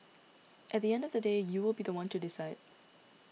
at the end of the day you will be the one to decide